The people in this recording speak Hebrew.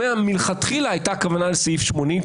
שמלכתחילה הייתה כוונה לסעיף 80,